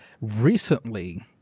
recently